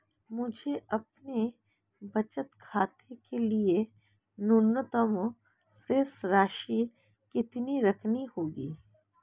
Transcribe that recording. मुझे अपने बचत खाते के लिए न्यूनतम शेष राशि कितनी रखनी होगी?